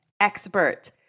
expert